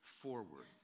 forward